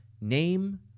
Name